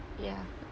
ya